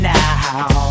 now